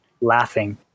laughing